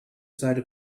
side